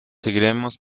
seguiremos